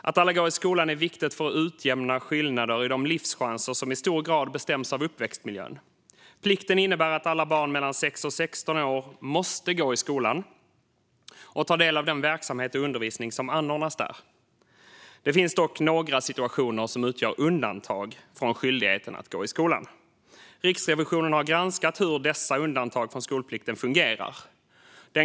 Att alla går i skolan är viktigt för att vi ska kunna utjämna skillnader i de livschanser som i stor grad bestäms av uppväxtmiljön. Plikten innebär att alla barn mellan 6 och 16 år måste gå i skolan och ta del av den verksamhet och undervisning som anordnas där. Det finns dock några situationer som utgör undantag från skyldigheten att gå i skolan, och Riksrevisionen har granskat hur dessa undantag från skolplikten fungerar.